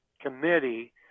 committee